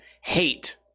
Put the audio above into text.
hate